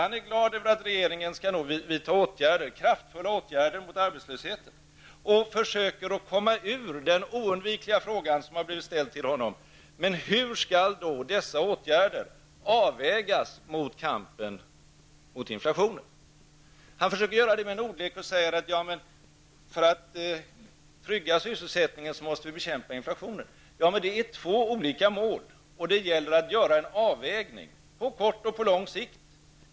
Han är glad över att regeringen skall vidta kraftfulla åtgärder mot arbetslösheten, och han försöker komma ifrån den oundvikliga fråga som har ställts till honom: Men hur skall då dessa åtgärder avvägas mot kampen mot inflationen? Han försöker med en ordlek och säger: För att trygga sysselsättningen måste vi bekämpa inflationen. Men det är två olika mål, och det gäller att göra en avvägning på kort och på lång sikt.